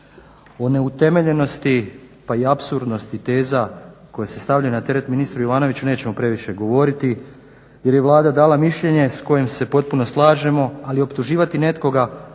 O neutemeljenosti pa i apsurdnosti teza koje se stavljaju na teret ministru Jovanović nećemo previše govoriti jer je Vlada dala mišljenje s kojim se potpuno slažemo, ali optuživati nekoga tko